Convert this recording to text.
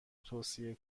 توصیه